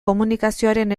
komunikazioaren